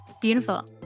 beautiful